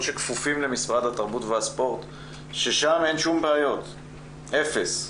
אפס תלונות,